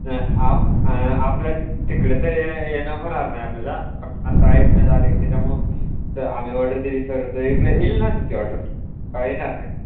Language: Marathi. नाही आप आपल्या तिकडे तर येणं होणार नाही आपल्याला पण असं ऐकण्यात आलं की त्याच्यामुळं तर आम्ही ऑर्डर दिली सर तर इकडे येईल ना तुमची ऑर्डर का येणार नाही